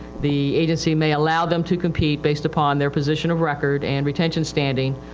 the agency may allow them to compete based upon their position of record and retention standing,